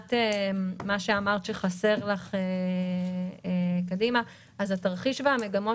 מבחינת מה שאמרת שחסר לך קדימה התרחיש והמגמות